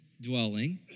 dwelling